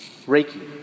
reiki